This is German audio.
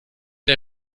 der